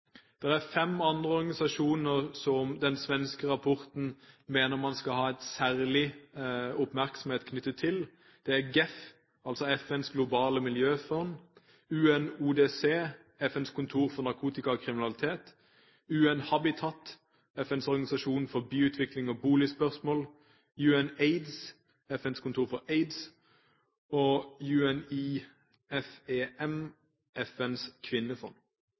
er fem andre organisasjoner som den svenske rapporten mener man skal ha en særlig oppmerksomhet knyttet til. Det er: GEF, altså FNs globale miljøfond UNODC, FNs kontor for narkotika og kriminalitet UN-HABITAT, FNs organisasjon for byutvikling- og boligspørsmål UNAIDS, FNs kontor for aids UNIFEM, FNs kvinnefond